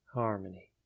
harmony